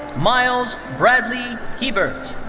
myles bradley hebert.